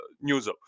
news